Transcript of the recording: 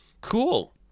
Cool